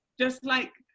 just like,